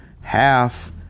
half